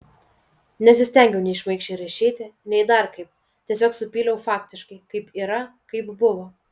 nesistengiau nei šmaikščiai rašyti nei dar kaip tiesiog supyliau faktiškai kaip yra kaip buvo